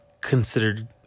Considered